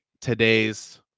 today's